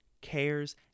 cares